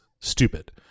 stupid